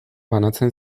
banatzen